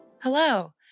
Hello